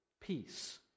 Peace